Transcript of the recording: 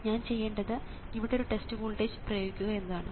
ഞാൻ ചെയ്യേണ്ടത് ഇവിടെ ഒരു ടെസ്റ്റ് വോൾട്ടേജ് പ്രയോഗിക്കുക എന്നതാണ്